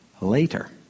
later